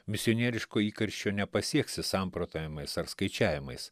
misionieriško įkarščio nepasieksi samprotavimais ar skaičiavimais